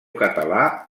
català